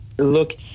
look